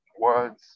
Words